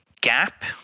gap